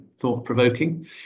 thought-provoking